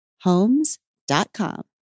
Homes.com